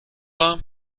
war